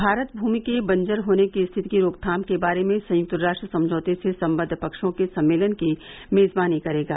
भारत भूमि के बंजर होने की स्थिति की रोकथाम के बारे में संयुक्त राष्ट्र समझौते से संबद्व पक्षों के सम्मेलन की मेजबानी करेगा